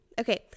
Okay